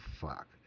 fuck